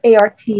ART